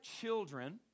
children